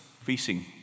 facing